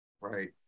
Right